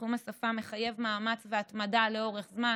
בתחום השפה מחייב מאמץ והתמדה לאורך זמן,